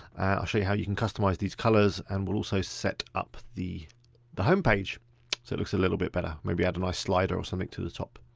i'll show you how you can customise these colours and we'll also set up the the homepage so a little bit better. maybe add a nice slider or something to the top.